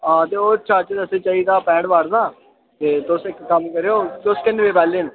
हां ते ओह् चार्जर असें चाहिदा हा पैंह्ट वाट दा ते तुस इक कम्म करेओ तुस किन्ने बजे बैह्ल्लै न